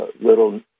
little